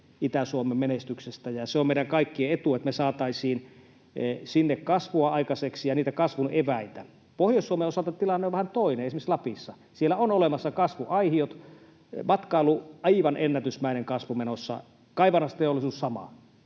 Itä-Suomen menestyksestä, ja se on meidän kaikkien etu, että me saataisiin sinne aikaiseksi kasvua ja niitä kasvun eväitä. Pohjois-Suomen osalta tilanne on vähän toinen, esimerkiksi Lapissa: siellä on olemassa kasvuaihiot, matkailussa aivan ennätysmäinen kasvu menossa, kaivannaisteollisuudessa sama.